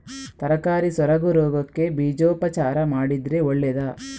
ತರಕಾರಿ ಸೊರಗು ರೋಗಕ್ಕೆ ಬೀಜೋಪಚಾರ ಮಾಡಿದ್ರೆ ಒಳ್ಳೆದಾ?